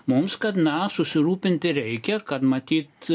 mums kad na susirūpinti reikia kad matyt